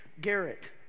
Garrett